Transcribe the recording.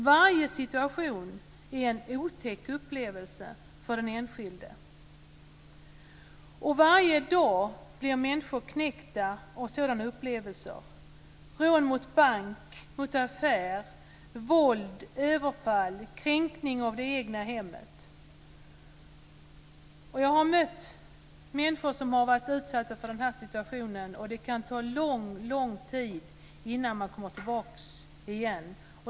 Varje situation är en otäck upplevelse för den enskilde. Varje dag blir människor knäckta av sådana upplevelser som rån mot bank och affär, våld och överfall, kränkning av det egna hemmet. Jag har mött människor som har varit utsatta för den här situationen. Det kan ta lång tid innan man kommer tillbaka igen.